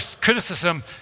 criticism